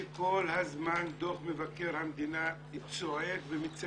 שכל הזמן דוח מבקר המדינה מציין,